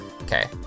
Okay